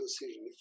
decision